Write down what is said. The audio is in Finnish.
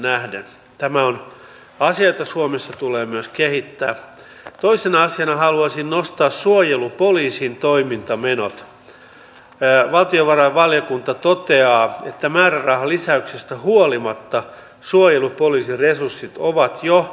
tullin tehtävänä on arvioida alkoholin maahantuonnin yhteydessä onko kyse verovapaasta matkustajatuonnista vai kaupallisesta tuonnista ja arvio tapahtuu kokonaisharkinnan perusteella jossa alkoholituotteiden määrä on vain yksi peruste